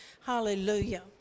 Hallelujah